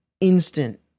instant